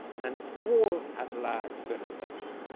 and four at-large senators